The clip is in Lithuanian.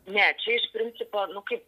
ne čia iš principo nu kaip